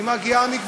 אני שמעתי את